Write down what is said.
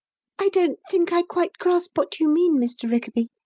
i don't think i quite grasp what you mean, mr. rickaby,